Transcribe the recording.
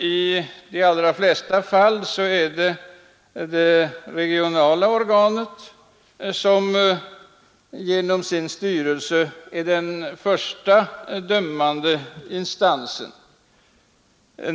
I de allra flesta fall är det det regionala organet som genom sin styrelse är den första dömande instansen.